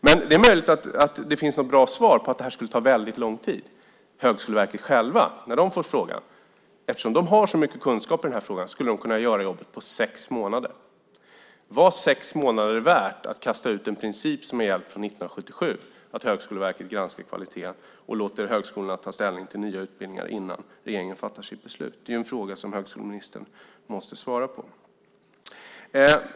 Men det är möjligt att det finns ett bra svar, att det här skulle ta väldigt långt tid. När Högskoleverket får frågan bedömer man, eftersom man har så mycket kunskap i den här frågan, att man skulle kunna göra detta på sex månader. Var sex månader värt att kasta ut en princip som gällt från 1977, att Högskoleverket granskar kvaliteten och låter högskolorna ta ställning till nya utbildningar innan regeringen fattar sitt beslut? Det är en fråga som högskoleministern måste svara på.